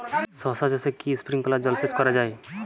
শশা চাষে কি স্প্রিঙ্কলার জলসেচ করা যায়?